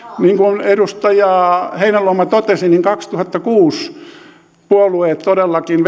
niin kuin edustaja heinäluoma totesi kaksituhattakuusi puolueet todellakin